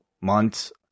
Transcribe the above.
months